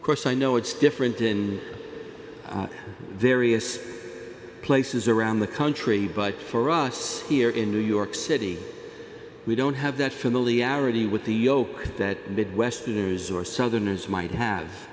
of course i know it's different in various places around the country but for us here in new york city we don't have that familiarity with the yoke that midwesterners or southerners might have